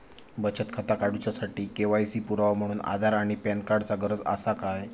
बचत खाता काडुच्या साठी के.वाय.सी पुरावो म्हणून आधार आणि पॅन कार्ड चा गरज आसा काय?